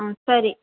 ஆ சரி